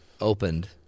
opened